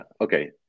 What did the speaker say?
okay